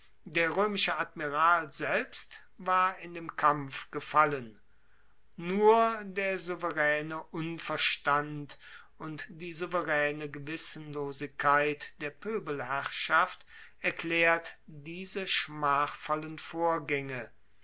der roemische admiral selbst war in dem kampf gefallen nur der souveraene unverstand und die souveraene gewissenlosigkeit der poebelherrschaft erklaert diese schmachvollen vorgaenge